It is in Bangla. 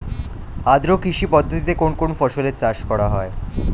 আদ্র কৃষি পদ্ধতিতে কোন কোন ফসলের চাষ করা হয়?